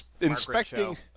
inspecting